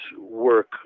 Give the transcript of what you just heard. work